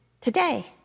today